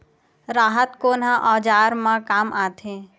राहत कोन ह औजार मा काम आथे?